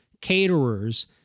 caterers